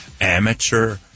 amateur